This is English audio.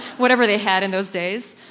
whatever they had in those days